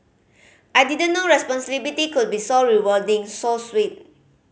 I didn't know responsibility could be so rewarding so sweet